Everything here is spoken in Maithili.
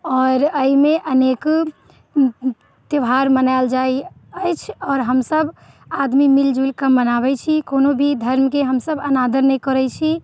आओर एहिमे अनेक त्यौहार मनायल जाइत अछि आओर हमसभ आदमी मिल जुलि कऽ मनाबै छी कोनो भी धर्म के हमसभ अनादर नहि करै छी